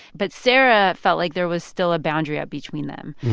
but sarah felt like there was still a boundary up between them.